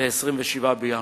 ל-27 בינואר.